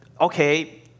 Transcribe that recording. okay